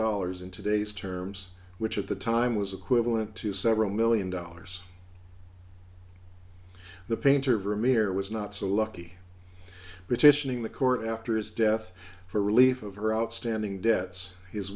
dollars in today's terms which at the time was equivalent to several million dollars the painter vermeer was not so lucky petitioning the court after his death for relief of her outstanding debts his